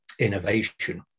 innovation